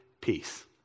peace